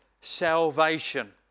salvation